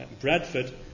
Bradford